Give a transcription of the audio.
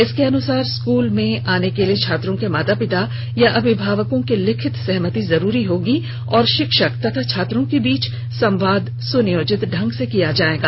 इसके अनुसार स्कूल में आने के लिए छात्रों के माता पिता या अभिभावकों की लिखित सहमति जरूरी होगी और शिक्षक तथा छात्रों के बीच संवाद सुनियोजित ढंग से किया जायेगा